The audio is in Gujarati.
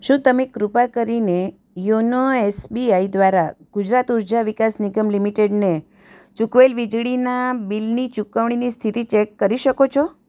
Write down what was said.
શું તમે કૃપા કરીને યોનો એસબીઆઇ દ્વારા ગુજરાત ઊર્જા વિકાસ નિગમ લિમિટેડને ચૂકવેલ વીજળીનાં બિલની ચુકવણીની સ્થિતિ ચેક કરી શકો છો